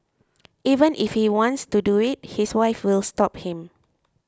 even if he wants to do it his wife will stop him